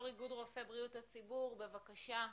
יו"ר איגוד רופאי בריאות הציבור, בבקשה.